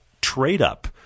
trade-up